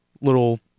little